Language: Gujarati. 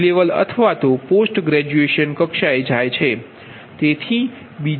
લેવલ પોસ્ટ ગ્રેજ્યુએશન કક્ષાએ જાય છે